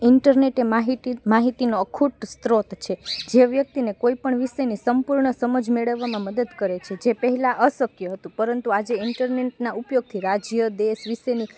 internet એ માહિતી માહિતીનો અખૂટ સ્ત્રોત છે જે વ્યક્તિને કોઈપણ વિષયની સંપૂર્ણ સમજ મેળવવામાં મદદ કરે છે જે પહેલાં અશક્ય હતું પરંતુ આજે ઈન્ટરનેટના ઉપયોગથી રાજ્ય દેશ વિશેની